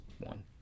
one